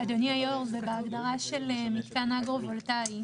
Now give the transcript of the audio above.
אנחנו אומרים שמתקן פוטו-ווטאי,